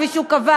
כפי שהוא קבע,